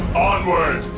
onward,